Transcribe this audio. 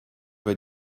bei